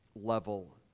level